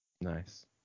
nice